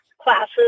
classes